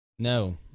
No